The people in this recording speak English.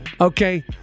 okay